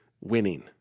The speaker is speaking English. winning